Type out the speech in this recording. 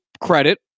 credit